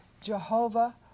Jehovah